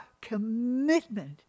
commitment